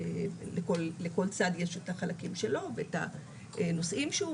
לכל צד יש את החלקים שלו ואת הנושאים שהוא